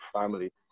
family